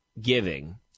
giving